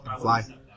Fly